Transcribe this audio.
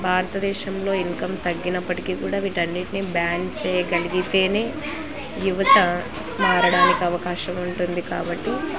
భారతదేశంలో ఇన్కమ్ తగ్గినప్పటికి కూడా వీటి అన్నిటినీ బ్యాన్ చేయగలిగితేనే యువత మారడానికి అవకాశం ఉంటుంది కాబట్టి